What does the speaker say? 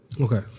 Okay